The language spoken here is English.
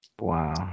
Wow